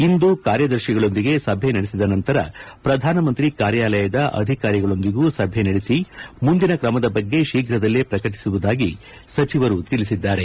ಇಂದು ಕಾರ್ಯದರ್ತಿಗಳೊಂದಿಗೆ ಸಭೆ ನಡೆಸಿದ ನಂತರ ಪ್ರಧಾನಮಂತ್ರಿ ಕಾರ್ಯಾಲಯದ ಅಧಿಕಾರಿಗಳೊಂದಿಗೂ ಸಭೆ ನಡೆಸಿ ಮುಂದಿನ ಕ್ರಮದ ಬಗ್ಗೆ ಶೀಘದಲ್ಲೇ ಪ್ರಕಟಿಸುವುದಾಗಿ ಸಚಿವರು ತಿಳಿಸಿದ್ದಾರೆ